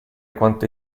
quante